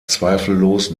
zweifellos